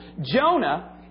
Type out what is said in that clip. Jonah